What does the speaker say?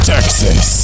Texas